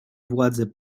władze